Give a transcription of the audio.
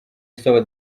asaba